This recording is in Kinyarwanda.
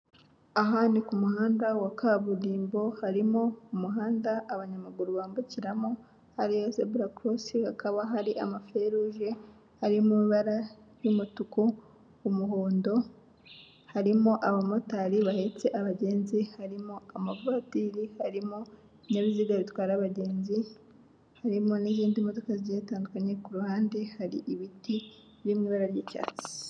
Aha ni ku muhanda wa kaburimbo harimo umuhanda abanyamaguru bambukiramo zebura korosingi hakaba hari amaferuge ari mubara ry'umutuku, umuhondo, harimo abamotari bahetse abagenzi, harimo amavatiri, harimo ibinyabiziga bitwara abagenzi, harimo n'izindi modoka zitandukanye ku ruhande hari ibiti biri mu ibara ry'icyatsi.